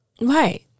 Right